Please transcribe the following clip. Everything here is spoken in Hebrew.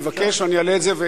אני אבקש ואני אעלה את זה,